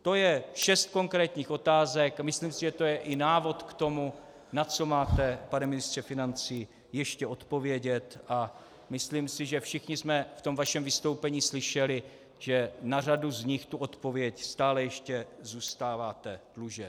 To je šest konkrétních otázek a myslím si, že to je i návod k tomu, na co máte, pane ministře financí, ještě odpovědět, a myslím si, že všichni jsme v tom vašem vystoupení slyšeli, že na řadu z nich tu odpověď stále ještě zůstáváte dlužen.